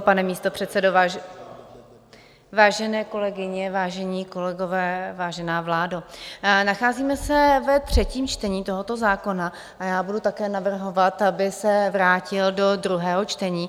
Pane místopředsedo, vážené kolegyně, vážení kolegové, vážená vládo, nacházíme se ve třetím čtení tohoto zákona a já budu také navrhovat, aby se vrátil do druhého čtení.